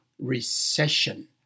recession